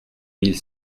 mille